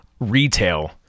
retail